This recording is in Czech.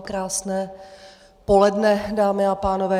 Krásné poledne, dámy a pánové.